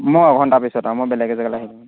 মই এঘণ্টা পিছত আৰু মই বেলেগ এজাগালৈ আহিলোঁ